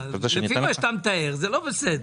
לפי מה שאתה מתאר, זה לא בסדר.